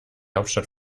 hauptstadt